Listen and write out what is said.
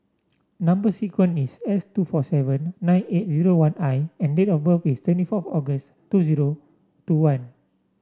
number sequence is S two four seven nine eight zero one I and date of birth is twenty four August two zero two one